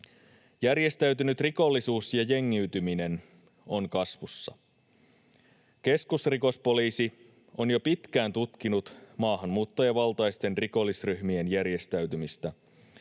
Järjestäytynyt rikollisuus ja jengiytyminen ovat kasvussa. Keskusrikospoliisi on jo pitkään tutkinut maahanmuuttajavaltaisten rikollisryhmien järjestäytymistä.